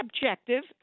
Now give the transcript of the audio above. objective